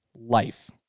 Life